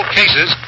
cases